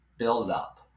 Buildup